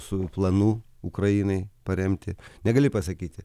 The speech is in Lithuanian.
su planų ukrainai paremti negali pasakyti